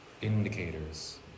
indicators